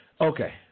Okay